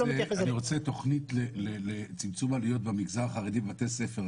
אני רוצה תכנית לצמצום עלויות במגזר החרדי בבתי ספר.